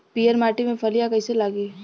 पीयर माटी में फलियां कइसे लागी?